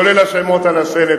כולל השמות על השלט,